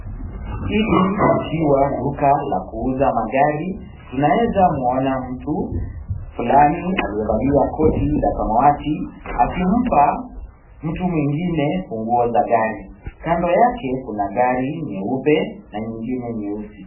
Hili likiwa duka la kuuza magari, tunaweza muona mtu fulani aliyevalia koti la samawati, akimpa mtu mwingine funguo za gari. Kando yake kuna gari nyeupe na mwingine nyeusi.